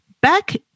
back